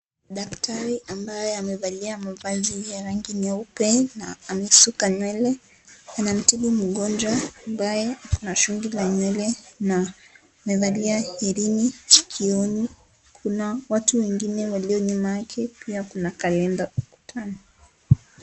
Daktari ambaye amevalia mavazi ya rangi nyeupe na amesuka nywele anamtibu mgonjwa ambaye ana shungi la nywele na amevalia hii ringi skioni, kuna watu wengine walio nyuma yake, pia kuna kaenda mkutano.